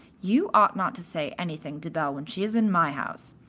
you ought not to say anything to belle when she is in my house.